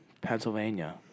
Pennsylvania